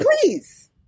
Please